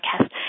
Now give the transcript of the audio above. podcast